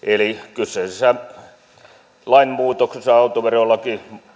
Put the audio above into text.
kyseisessä lainmuutoksessa autoverolakia